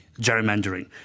gerrymandering